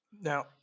now